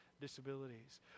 disabilities